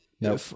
no